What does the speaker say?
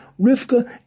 Rivka